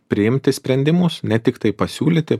priimti sprendimus ne tiktai pasiūlyti